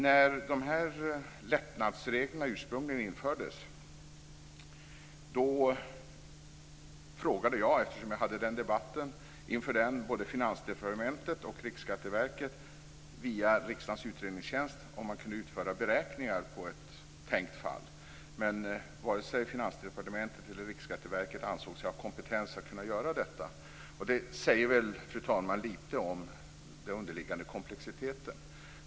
När lättnadsreglerna ursprungligen infördes frågade jag, eftersom jag hade den debatten, Finansdepartementet och Riksskatteverket via Riksdagens utredningstjänst om man kunde göra utföra beräkningar på ett tänkt fall. Men varken Finansdepartementet eller Riksskatteverket ansåg sig ha kompetens att utföra detta. Det säger, fru talman, lite om den underliggande komplexiteten.